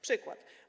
Przykład.